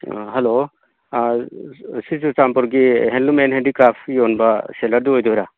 hello ꯑꯥ ꯁꯤ ꯆꯨꯔꯥꯆꯥꯟꯄꯨꯔꯒꯤ ꯍꯦꯟꯂꯨꯝ ꯑꯦꯟ ꯍꯦꯟꯗꯤꯀ꯭ꯔꯥꯐ ꯌꯣꯟꯕ ꯁꯦꯜꯂꯔꯗꯨ ꯑꯣꯏꯗꯣꯏꯔ